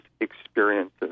experiences